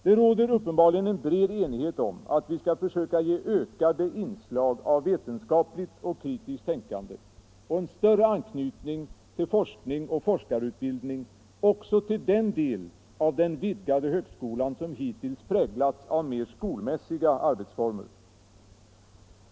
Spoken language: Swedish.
Det råder uppenbarligen en bred enighet om att vi skall försöka ge ökade inslag av vetenskapligt och kritiskt tänkande och en större anknytning till forskning och forskarutbildning också till den del av den vidgade högskolan som hittills präglats av mer ”skolmässiga” arbetsformer.